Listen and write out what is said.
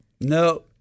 No